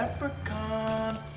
Leprechaun